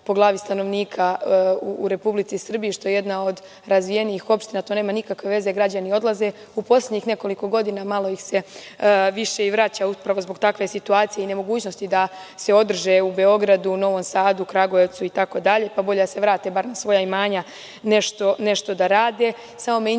po glavi stanovnika u Republici Srbiji, što je jedna od razvijenih opština, to nema nikakve veze, građani odlaze. U poslednjih nekoliko godina malo ih se više vraća, upravo zbog takve situacije i nemogućnosti da se održe u Beogradu, Novom Sadu, Kragujevcu itd, pa bolje da se vrate na svoja imanja nešto da